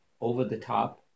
over-the-top